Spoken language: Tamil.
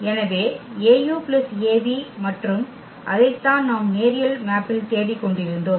எனவே Au Av மற்றும் அதைத்தான் நாம் நேரியல் மேப்பில் தேடிக்கொண்டிருந்தோம்